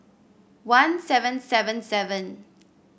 one seven seven seven